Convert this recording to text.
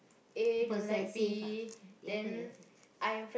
possessive ah ya possessive